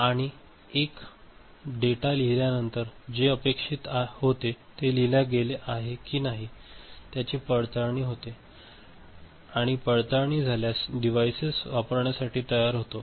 आणि एक डेटा लिहिल्यानंतर जे अपेक्षित होते ते लिहल्या गेले आहे की नाही त्याची पडताळणी होते आणि पडताळणी झाल्यास डिव्हाइस वापरासाठी तयार होतो